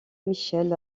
michel